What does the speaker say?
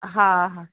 हा हा